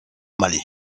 mallet